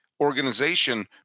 organization